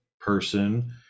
person